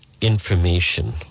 information